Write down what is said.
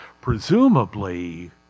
presumably